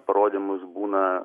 parodymus būna